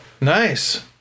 Nice